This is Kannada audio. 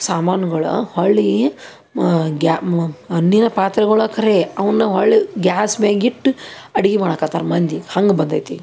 ಸಾಮಾನುಗಳ ಹೊರಳಿ ಮ ಗ್ಯಾ ಮಣ್ಣಿನ ಪಾತ್ರೆಗಳ ಖರೆ ಅವನ್ನು ಹೊರಳಿ ಗ್ಯಾಸ್ ಮ್ಯಾಗ ಇಟ್ಟು ಅಡುಗೆ ಮಾಡಾಕ್ಕತ್ತಾರ ಮಂದಿ ಹಂಗೆ ಬಂದೈತೀಗ